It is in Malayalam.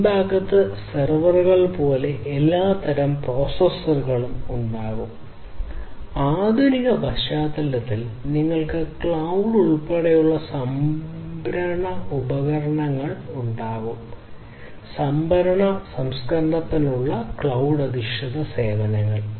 പിൻഭാഗത്ത് സെർവറുകൾ പോലുള്ള എല്ലാത്തരം പ്രോസസ്സറുകളും ഉണ്ടാകും ആധുനിക പശ്ചാത്തലത്തിൽ നിങ്ങൾക്ക് ക്ലൌഡ് ഉൾപ്പെടെയുള്ള സംഭരണ ഉപകരണങ്ങൾ ഉണ്ടാകും സംഭരണ സംസ്കരണത്തിനുള്ള ക്ലൌഡ് അധിഷ്ഠിത സേവനങ്ങൾ